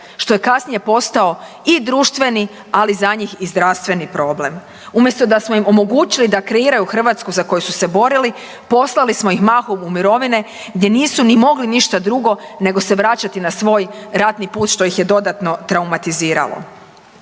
što je kasnije postao i društveni, ali za njih i zdravstveni problem. Umjesto da smo im omogućili da kreiraju Hrvatsku za koju su se borili poslali smo ih mahom u mirovine gdje nisu ni mogli ništa drugo, nego se vraćati na svoj ratni put što ih je dodatno traumatiziralo.